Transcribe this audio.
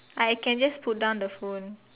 I can just put down the phone